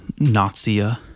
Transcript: Nazia